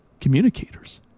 communicators